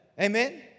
Amen